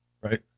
Right